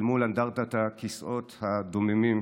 אל מול אנדרטת הכיסאות הדוממים,